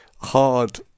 hard